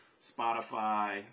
Spotify